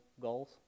goals